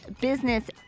business